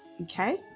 Okay